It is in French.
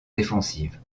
défensive